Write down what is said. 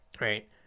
Right